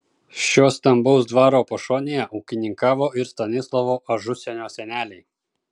šio stambaus dvaro pašonėje ūkininkavo ir stanislovo ažusienio seneliai